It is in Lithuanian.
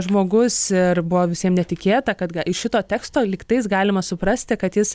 žmogus ir buvo visiem netikėta kad iš šito teksto lygtais galima suprasti kad jis